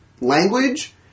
language